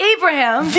Abraham